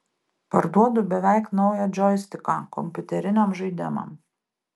parduodu beveik naują džoistiką kompiuteriniam žaidimam